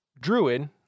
druid